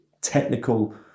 technical